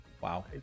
Wow